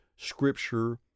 Scripture